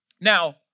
Now